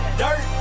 dirt